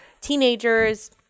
teenagers